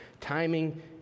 timing